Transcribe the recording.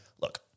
look